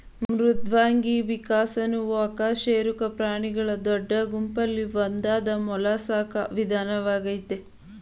ಮೃದ್ವಂಗಿ ವಿಕಸನವು ಅಕಶೇರುಕ ಪ್ರಾಣಿಗಳ ದೊಡ್ಡ ಗುಂಪಲ್ಲಿ ಒಂದಾದ ಮೊಲಸ್ಕಾ ವಿಧಾನವಾಗಯ್ತೆ